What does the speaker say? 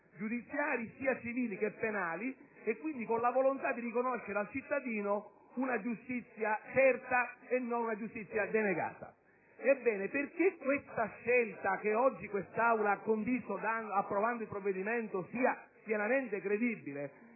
giudiziari, sia civili che penali, con la volontà quindi di riconoscere al cittadino una giustizia certa e non denegata. Ebbene, perché questa scelta, che oggi quest'Aula ha condiviso approvando il provvedimento, sia pienamente credibile,